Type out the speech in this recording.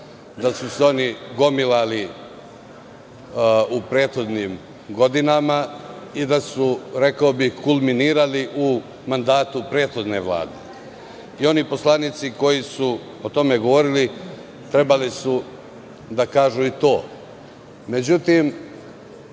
da su se oni gomilali u prethodnim godinama i da su kulminirali u mandatu prethodne Vlade i oni poslanici koji su o tome govorili trebali su da kažu i to.